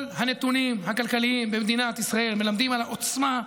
כל הנתונים הכלכליים במדינת ישראל מלמדים על העוצמה,